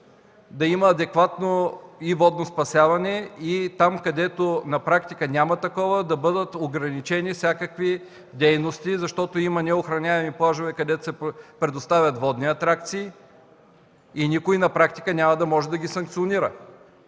да има адекватно водно спасяване и там, където на практика няма такова, да бъдат ограничени всякакви дейности, защото има неохраняеми плажове, където се предоставят водни атракции и никой на практика няма да може да ги санкционира.